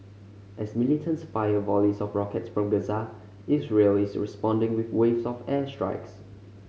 as militants fire volleys of rockets from Gaza Israel is responding with waves of air strikes